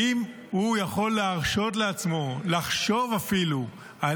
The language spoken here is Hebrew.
האם הוא יכול להרשות לעצמו אפילו לחשוב על